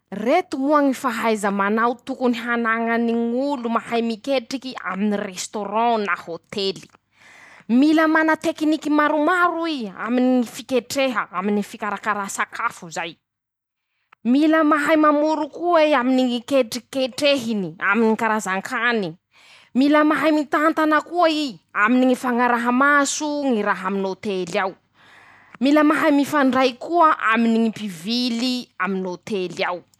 Reto moa ñy fahaiza manao tokony hanañany ñ'olo mahay miketriky aminy ñy restaurant na hôtely: Mila mana tekiniky maromaro i. aminy ñy fiketreha. aminy ñy fikarakara sakafo zay. Milla mahay mamoro ko'ey aminy ñy ketriky ketrehiny aminy ñy karazan-kany. -Mila mahay mitantana koa i aminy ñy fañaraha maso ñy raha aminy hôtely ao. -Mila mahay mifandray koa aminy ñy mpivily aminy hôtely ao.